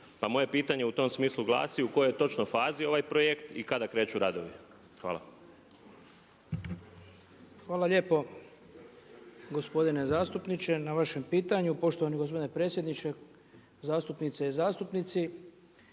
moje pitanje u tom smislu glasi u kojoj je točno fazi ovaj projekt i kada kreću radovi? Hvala. **Butković, Oleg (HDZ)** Hvala lijepo gospodine zastupniče na vašem pitanju, poštovani gospodine predsjedniče, zastupnice i zastupnici.